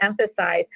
emphasize